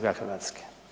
Hrvatske.